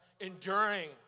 Enduring